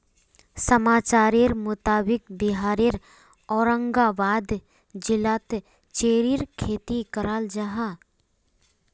समाचारेर मुताबिक़ बिहारेर औरंगाबाद जिलात चेर्रीर खेती कराल जाहा